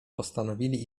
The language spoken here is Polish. postanowili